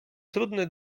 trudny